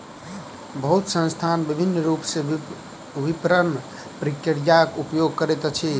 बहुत संस्थान विभिन्न रूप सॅ विपरण प्रक्रियाक उपयोग करैत अछि